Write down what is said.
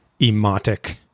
emotic